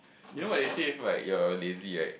you know what they say like if you're lazy right